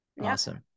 Awesome